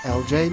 lj